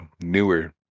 newer